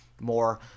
more